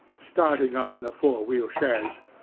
starting up in the four-wheel chaise.